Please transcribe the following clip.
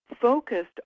focused